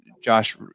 Josh